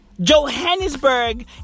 Johannesburg